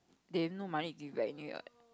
they have no money to give back anyway what